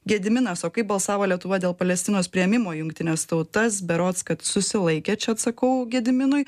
gediminas o kaip balsavo lietuva dėl palestinos priėmimo į jungtines tautas berods kad susilaikė čia atsakau gediminui